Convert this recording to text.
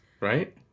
right